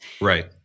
Right